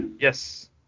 Yes